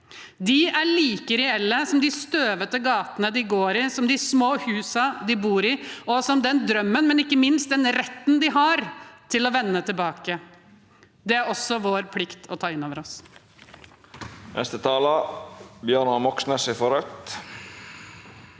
De er like reelle som de støvete gatene de går i, som de små husene de bor i, og som den drømmen, men ikke minst den retten, de har til å vende tilbake. Det er det også vår plikt å ta inn over oss. Bjørnar Moxnes (R)